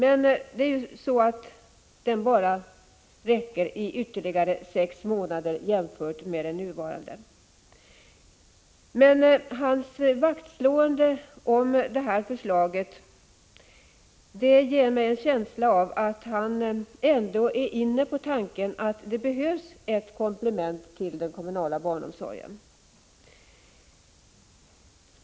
Enligt förslaget skall den gälla bara ytterligare sex månader jämfört med nuvarande regler. Bengt Lindqvists vaktslående om detta förslag ger mig en känsla av att han är inne på tanken att det behövs ett komplement till den kommunala barnomsorgen.